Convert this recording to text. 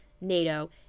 NATO